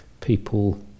people